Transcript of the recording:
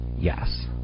Yes